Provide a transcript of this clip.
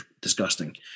disgusting